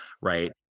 Right